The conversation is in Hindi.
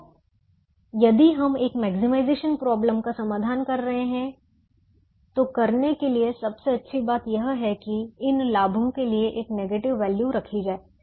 तो यदि हम एक मैक्सिमाइजेशन प्रॉब्लम का समाधान कर रहे हैं तो करने के लिए सबसे अच्छी बात यह है कि इन लाभों के लिए एक नेगेटिव वैल्यू रखी जाए